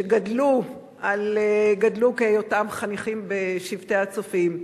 גדלו כחניכים בשבטי "הצופים".